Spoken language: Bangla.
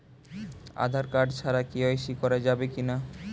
আঁধার কার্ড ছাড়া কে.ওয়াই.সি করা যাবে কি না?